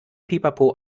pipapo